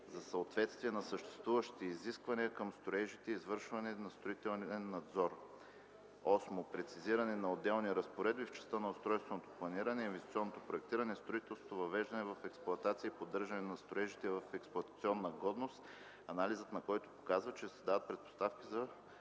за съответствие на съществуващите изисквания към строежите и извършване на строителен надзор. 8. Прецизиране на отделни разпоредби в частта на устройственото планиране, инвестиционното проектиране, строителството, въвеждане в експлоатация и поддържане на строежите в експлоатационна годност, анализът на които показва, че създават предпоставки за